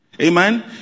Amen